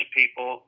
people